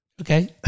Okay